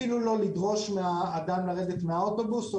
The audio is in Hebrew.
אפילו לא לדרוש מהאדם לרדת מהאוטובוס או